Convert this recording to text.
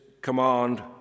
command